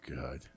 God